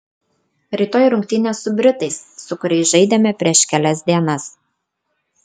rytoj rungtynės su britais su kuriais žaidėme prieš kelias dienas